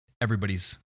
Everybody's